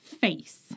face